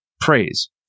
praise